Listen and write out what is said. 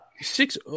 Six –